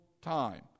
time